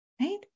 Right